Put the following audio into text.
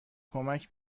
کمک